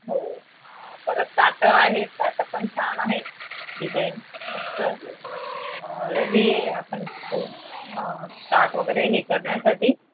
हो परत ताटं आहेत ताटं पण छान आहेत डिझाईन मस्त रवी आहे आपण ताक वगैरे हे करण्यासाठी